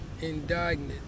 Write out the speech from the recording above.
indignant